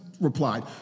replied